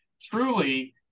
Truly